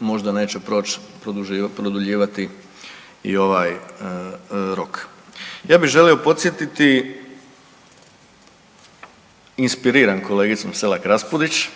možda neće proći produljivati i ovaj rok. Ja bih želio podsjetiti inspiriran kolegicom Selak Raspudić